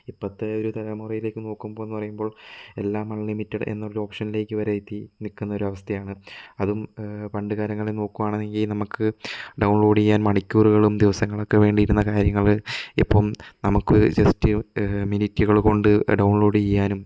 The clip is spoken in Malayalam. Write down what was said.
ഇപ്പഴത്തെ ഒരു തലമുറയിലേക്ക് നോക്കുമ്പോള് എന്ന് പറയുമ്പോള് എല്ലാം അണ്ലിമിറ്റഡ് എന്ന ഓപ്ഷനിലേക്ക് വരെ എത്തി നില്ക്കുന്ന ഒരവസ്ഥയാണ് അതും പണ്ടുകാലങ്ങളില് നോക്കുകയാണെങ്കില് നമുക്ക് ഡൗൺലോഡ് ചെയ്യാൻ ദിവസങ്ങളും മണിക്കൂറുകളും വേണ്ടിയിരുന്ന കാര്യങ്ങള് ഇപ്പം നമുക്ക് ജസ്റ്റ് മിനിട്ടുകള് കൊണ്ട് ഡൗൺലോഡ് ചെയ്യാനും